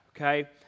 okay